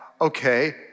okay